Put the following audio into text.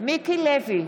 מיקי לוי,